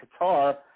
Qatar